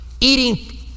Eating